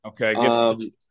Okay